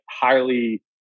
highly